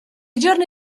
giorni